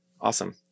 awesome